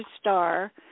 star